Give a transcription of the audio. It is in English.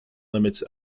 limits